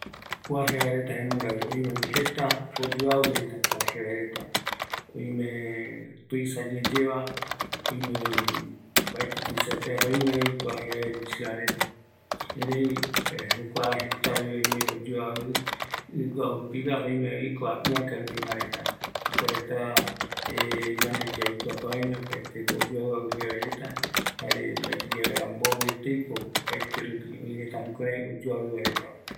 Jevaereta jeta vi oyoavɨ reta, oime tuisa yeyeva, jare misiva reta va, ɨ guaju rupigua jare ɨäka rupigua, jetapeko oyoavi reta